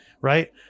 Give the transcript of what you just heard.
Right